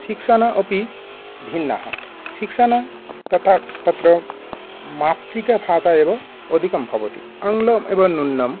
शिक्षणम् अपि भिन्नः शिक्षणम् तथा तत्र मातृभाषा एव अधिकं भवति आङ्ग्लम् एव न्यूनम्